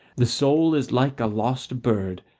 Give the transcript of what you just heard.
the soul is like a lost bird,